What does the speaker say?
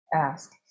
Ask